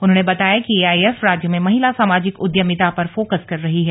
उन्होंने बताया कि एआईएफ राज्य में महिला सामाजिक उद्यमिता पर फोकस कर रही है